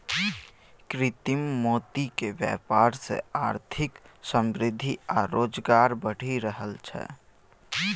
कृत्रिम मोतीक बेपार सँ आर्थिक समृद्धि आ रोजगार बढ़ि रहल छै